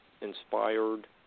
inspired